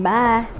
Bye